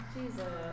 Jesus